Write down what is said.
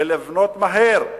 ולבנות מהר,